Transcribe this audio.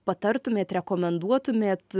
patartumėt rekomenduotumėt